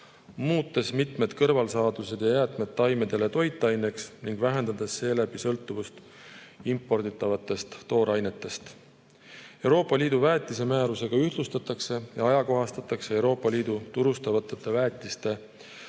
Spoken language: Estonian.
muutes mitmed kõrvalsaadused ja jäätmed taimedele toitaineks ning vähendades seeläbi sõltuvust imporditavatest toorainetest. Euroopa Liidu väetise[toodete] määrusega ühtlustatakse ja ajakohastatakse Euroopa Liidu turustatavate väetiste